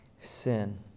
sin